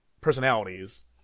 personalities